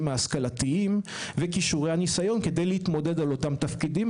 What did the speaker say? ההשכלתיים וכישורי הניסיון כדי להתמודד על אותם תפקידים,